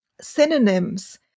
synonyms